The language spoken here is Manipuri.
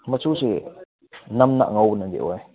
ꯃꯆꯨꯁꯤ ꯅꯝꯅ ꯑꯉꯧꯕꯅꯗꯤ ꯑꯣꯏ